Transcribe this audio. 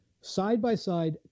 side-by-side